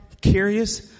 curious